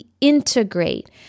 integrate